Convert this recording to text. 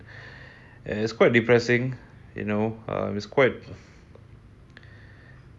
it's quite depressing you know uh it's quite